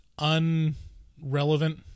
unrelevant